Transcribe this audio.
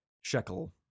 shekel